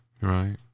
Right